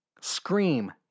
Scream